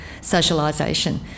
socialisation